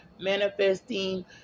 manifesting